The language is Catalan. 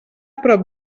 prop